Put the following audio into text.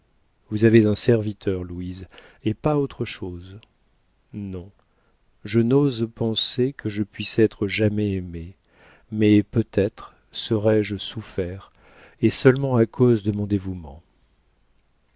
vous avez un serviteur louise et pas autre chose non je n'ose penser que je puisse être jamais aimé mais peut-être serai-je souffert et seulement à cause de mon dévouement